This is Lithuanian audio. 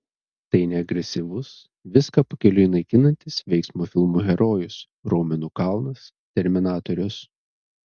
tai ne agresyvus viską pakeliui naikinantis veiksmo filmų herojus raumenų kalnas terminatorius